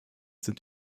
sind